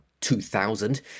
2000